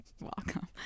welcome